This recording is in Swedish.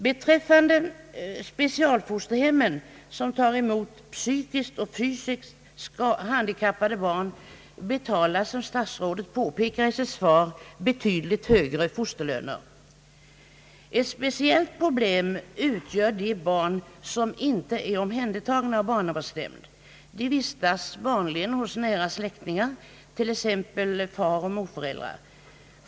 Beträffande specialfosterhemmen som tar emot psykiskt eller fysiskt handikappade barn betalas, som statsrådet påpekar i sitt svar, betydligt högre fosterlöner. Ett speciellt problem utgör de barn som inte är omhändertagna av barnavårdsnämnd. De vistas vanligen hos nära släktingar, t.ex. fareller morför äldrar.